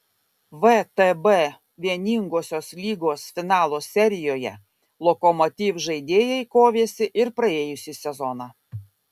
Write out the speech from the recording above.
vtb vieningosios lygos finalo serijoje lokomotiv žaidėjai kovėsi ir praėjusį sezoną